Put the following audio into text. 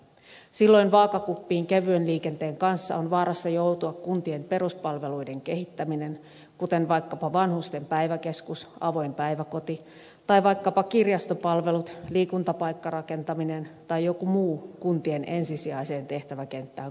silloin vaakakuppiin kevyen liikenteen kanssa on vaarassa joutua kuntien peruspalveluiden kehittäminen kuten vaikkapa vanhusten päiväkeskus avoin päiväkoti tai vaikkapa kirjastopalvelut liikuntapaikkarakentaminen tai joku muu kuntien ensisijaiseen tehtäväkenttään kuuluva asia